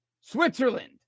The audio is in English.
Switzerland